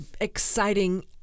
exciting